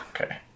Okay